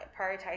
prioritize